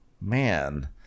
man